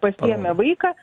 pasiėmė vaiką